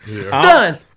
Done